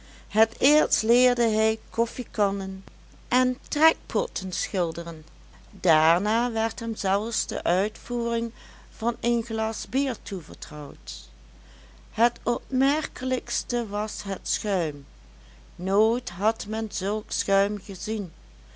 het eerst leerde hij koffiekannen en trekpotten schilderen daarna werd hem zelfs de uitvoering van een glas bier toevertrouwd het opmerkelijkste was het schuim nooit had men zulk schuim gezien